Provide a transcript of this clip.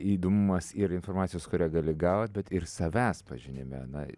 įdomumas ir informacijos kurią gali gaut bet ir savęs pažinime na